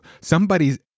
Somebody's